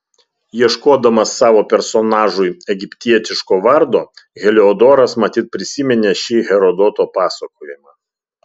ieškodamas savo personažui egiptietiško vardo heliodoras matyt prisiminė šį herodoto pasakojimą